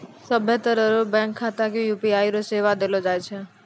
सभ्भे तरह रो बैंक खाता ले यू.पी.आई रो सेवा देलो जाय छै